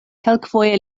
kelkfoje